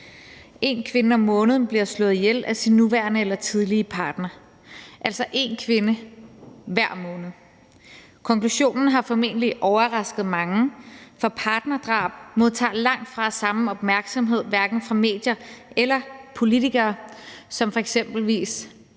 En kvinde om måneden bliver slået ihjel af sin nuværende eller tidligere partner – altså én kvinde hver måned. Konklusionen har formentlig overrasket mange, for partnerdrab modtager langtfra samme opmærksomhed, hverken fra medier eller politikere, som